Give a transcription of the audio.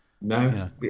No